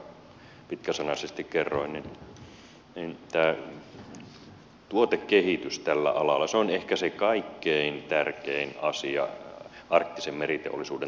niin kuin nyt aika pitkäsanaisesti kerroin niin tämä tuotekehitys tällä alalla on ehkä se kaikkein tärkein asia arktisen meriteollisuuden tulevaisuudessa